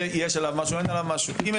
אם יש עליו משהו חמור בעיניך, תודיע.